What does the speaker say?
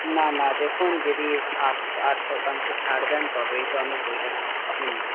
না না দেখুন যদি সাত আট শতাংশ ছাড় দেন তবেই তো আমি বইটা কিনব